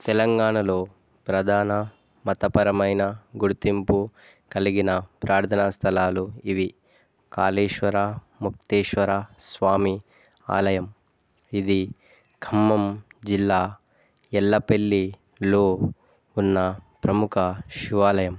తెలంగాణలో ప్రధాన మతపరమైన గుర్తింపు కలిగిన ప్రార్థన స్థలాలు ఇవి కాాలేశ్వర ముక్తేశ్వర స్వామి ఆలయం ఇది ఖమ్మం జిల్లా ఎల్లపల్లిలో ఉన్న ప్రముఖ శివాలయం